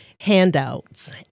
Handouts